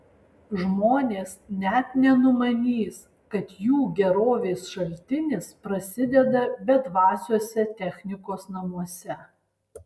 žmonės net nenumanys kad jų gerovės šaltinis prasideda bedvasiuose technikos namuose